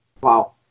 Wow